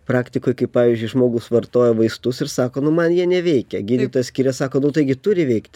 praktikoj kai pavyzdžiui žmogus vartoja vaistus ir sako nu man jie neveikia gydytojas skiria sako nu taigi turi veikt